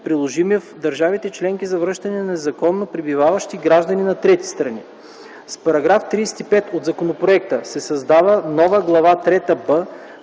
приложими в държавите-членки, за връщане на незаконно пребиваващи граждани на трети страни. С § 35 от законопроекта се създава нова Глава трета